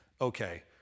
okay